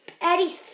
Eddie